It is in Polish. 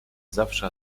zawsze